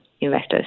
investors